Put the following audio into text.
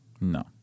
No